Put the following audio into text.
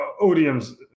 Odium's